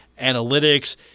analytics